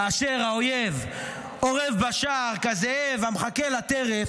כאשר האויב אורב בשער ומחכה לטרף,